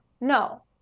No